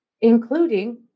including